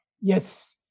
Yes